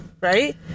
right